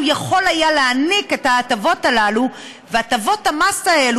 יכול היה להעניק את ההטבות הללו והטבות המס האלה,